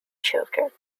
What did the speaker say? children